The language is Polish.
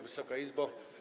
Wysoka Izbo!